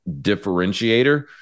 differentiator